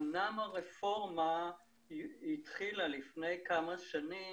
אומנם הרפורמה התחילה לפני כמה שנים,